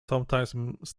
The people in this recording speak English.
sometimes